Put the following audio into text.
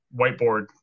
whiteboard –